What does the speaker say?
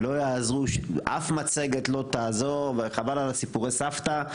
ואף מצגת לא תעזור וחבל על סיפורי הסבתא,